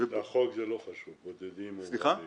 בחוק זה לא חשוב, בודדים או רבים.